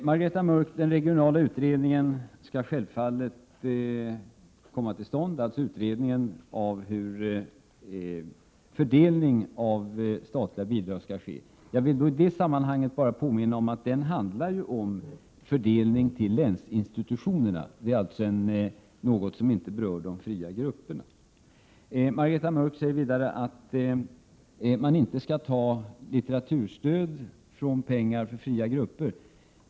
Herr talman! Den regionala utredningen, Margareta Mörck, skall självfallet komma till stånd. Det gäller alltså utredningen av hur fördelningen av det statliga bidraget skall ske. Jag vill bara i det sammanhanget påminna om att den utredningen handlar om en fördelning till länsinstitutionerna. Den berör alltså inte de fria grupperna. Margareta Mörck säger vidare att man inte skall ta pengar till litteraturstöd från pengar till fria grupper.